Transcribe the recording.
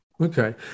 Okay